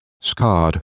scarred